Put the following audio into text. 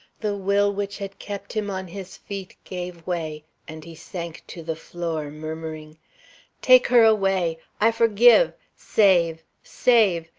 the will which had kept him on his feet gave way, and he sank to the floor murmuring take her away! i forgive. save! save!